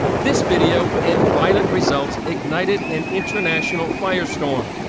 this video and violent results ignited an international firestorm.